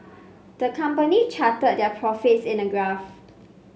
the company charted their profits in a graph